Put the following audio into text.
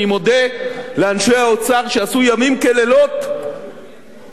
אני מודה לאנשי האוצר שעשו ימים כלילות בשבועות